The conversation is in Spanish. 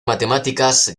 matemáticas